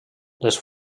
les